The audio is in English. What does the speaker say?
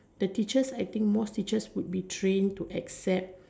the teachers I think most teachers would be trained to accept